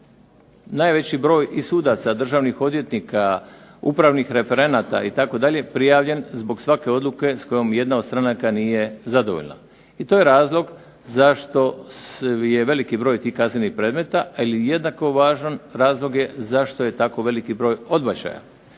najveći broj i sudaca, državnih odvjetnika, upravnih referenata itd. prijavljen zbog svake odluke s kojom jedna od stranaka nije zadovoljna. I to je razlog zašto je veliki broj tih kaznenih predmeta. Ali i jednako važan razlog je zašto je tako veliki broj odbačaja.